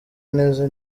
neza